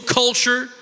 culture